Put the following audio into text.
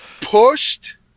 Pushed